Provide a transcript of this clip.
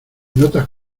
notas